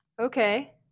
Okay